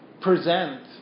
present